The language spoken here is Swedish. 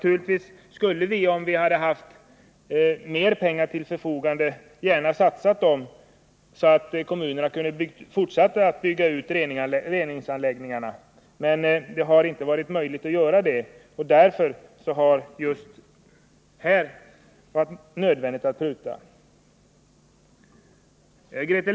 Om mer pengar hade stått till förfogande, skulle vi gärna ha satsat dem på en fortsatt utbyggnad av kommunernas reningsanläggningar. Men det har alltså inte varit möjligt. Det har också varit nödvändigt med denna prutning.